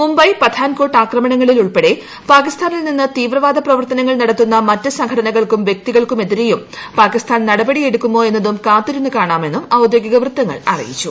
മുംബൈ പഥാൻകോട്ട് ആക്രമണങ്ങളിൽ ഉൾപ്പെടെ പാകിസ്താനിൽ നിന്ന് തീവ്രവാദ പ്രവർത്തനങ്ങൾ നടത്തുന്ന മറ്റ് സംഘടനകൾക്കും വൃക്തികൾക്കുമെതിരെയും പാകിസ്ഥാൻ നടപടി എടുക്കുമോ എന്നതും കാത്തിരുന്നു കാണാം എന്നും ഔദ്യോഗിക വൃത്തങ്ങൾ അറിയിച്ചു